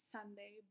Sunday